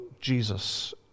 Jesus